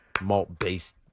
malt-based